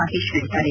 ಮಹೇಶ್ ಹೇಳದ್ದಾರೆ